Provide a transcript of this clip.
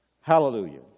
Hallelujah